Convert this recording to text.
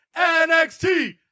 NXT